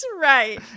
right